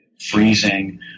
freezing